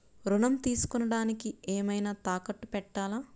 ఋణం తీసుకొనుటానికి ఏమైనా తాకట్టు పెట్టాలా?